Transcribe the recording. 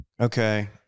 okay